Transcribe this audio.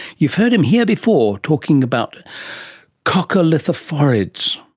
you've heard him here before talking about coccolithophorids.